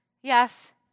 yes